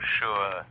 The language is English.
sure